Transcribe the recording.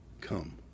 Come